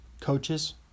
coaches